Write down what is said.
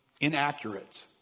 inaccurate